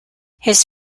his